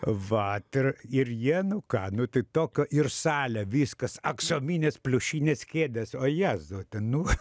vat ir ir jie nu ką nu tai tokio ir salė viskas aksominės pliušinės kėdės o jėzau nu